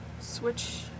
switch